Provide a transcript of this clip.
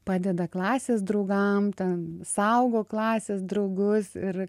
padeda klasės draugams ten saugo klasės draugus ir